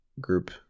group